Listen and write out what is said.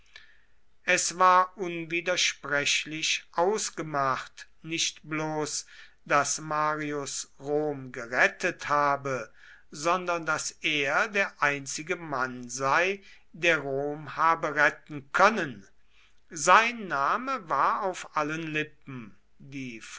es war unwidersprechlich ausgemacht nicht bloß daß marius rom gerettet habe sondern daß er der einzige mann sei der rom habe retten können sein name war auf allen lippen die